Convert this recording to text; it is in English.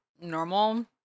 normal